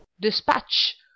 Dispatch